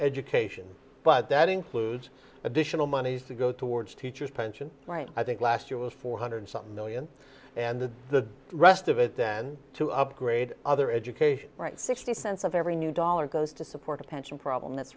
education but that includes additional monies to go towards teachers pension right i think last year was four hundred something million and the rest of it then to upgrade other education right sixty cents of every new dollar goes to support a pension problem that's